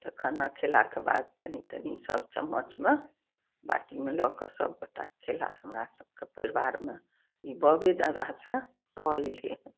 तऽ खाना खेलाके बाद कनी कनी सब चम्मचमे बाटीमे लऽ कऽ सबगोटा खेला हमरा सबके परिवारमे ई बबे दादासँ भऽ अएलै हन